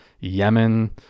Yemen